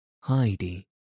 Heidi